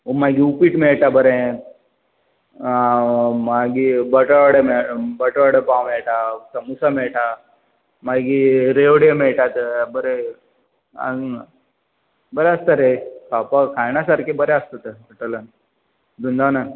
उ मागीर उपीट मेळटा बरें मागीर बटाट वडे मेळटा बटवा वडे पाव मेळटा समोसा मेळटा मागीर रेवड्यो मेळटा थंय बरे आनी बरें आसता रे खावपाक खाण्या सारकें बरें आसता थंय हॉटेलान वृंदावनान